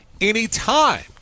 anytime